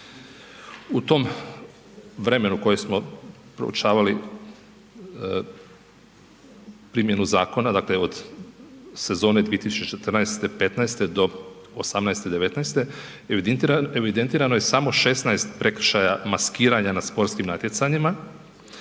U tom vremenu kojem smo proučavali primjenu zakona dakle od sezone 2014.-15. do 18.-19. evidentirano je samo 16 prekršaja maskiranja na sportskim natjecanjima.